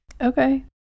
Okay